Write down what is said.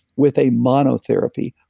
with a mono therapy,